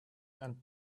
and